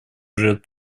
живет